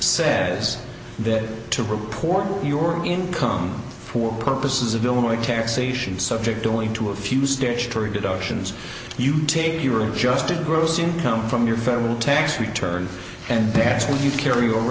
says that to report your income for purposes of illinois taxation subject only to a few statutory deductions you can take your adjusted gross income from your firm tax return and patchouli you carry over